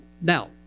now